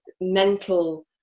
mental